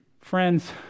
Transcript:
Friends